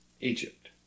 Egypt